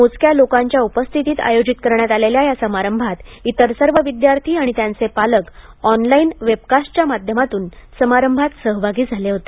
मोजक्या लोकांच्या उपस्थितीत आयोजित करण्यात आलेल्या या समारंभात इतर सर्व विद्यार्थी आणि त्यांचे पालक ऑनलाइन वेबकास्टच्या माध्यमातून समारंभात सहभागी झाले होते